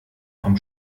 von